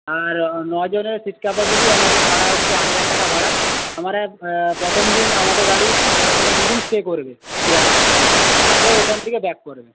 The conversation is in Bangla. আর নজনের সিট ক্যাপাসিটি আর ভাড়া হচ্ছে আট হাজার টাকা ভাড়া আমারা প্রথম দিন আমাদের গাড়ি ওখানে দুদিন স্টে করবে দীঘাতে তারপর ওইখান থেকে ব্যাক করবে